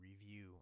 review